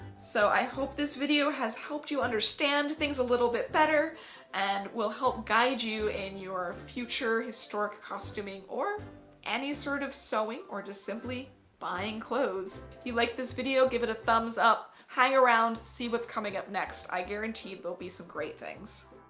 so i hope this video has helped you understand things a little bit better and will help guide you in your future historic costuming or any sort of sewing or just simply buying clothes. if you like this video, give it a thumbs up. hang around, see what's coming up next. i guarantee there'll but be some great things.